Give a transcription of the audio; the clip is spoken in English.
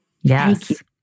Yes